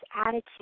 attitude